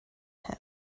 him